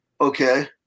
Okay